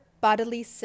bodily